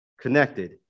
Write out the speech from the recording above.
connected